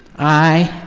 i.